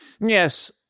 Yes